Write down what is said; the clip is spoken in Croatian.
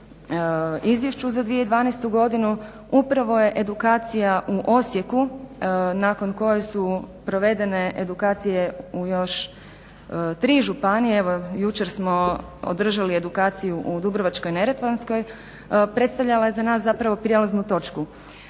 izvješću za 2012. godinu. Upravo je edukacija u Osijeku nakon koje su provedene edukacije u još tri županije. Evo jučer smo održali edukaciju u Dubrovačko-neretvanskoj, predstavljala je za nas zapravo prelaznu točku.